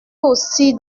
aussi